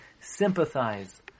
sympathize